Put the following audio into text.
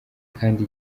kandi